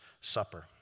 Supper